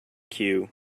cue